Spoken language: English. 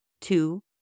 two